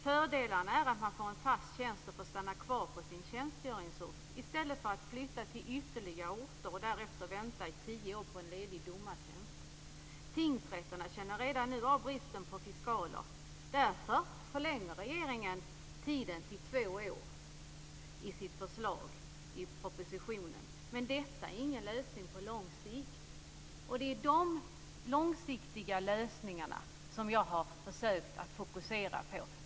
Fördelarna är att de får en fast tjänst och får stanna kvar på sin tjänstgöringsort i stället för att flytta till andra orter och där vänta i tio år på en ledig domartjänst. Tingsrätterna känner redan i dag av bristen på fiskaler. Därför förlänger regeringen tiden till två år, enligt förslaget i propositionen. Men detta är ingen lösning på lång sikt. Det är de långsiktiga lösningarna som jag har försökt att fokusera på.